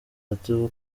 ati